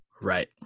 Right